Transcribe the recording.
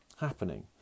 happening